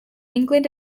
england